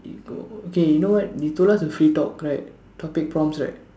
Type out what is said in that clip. K go okay you know what you told us to free talk right topic prompts right